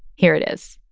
here it is